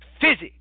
physics